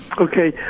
Okay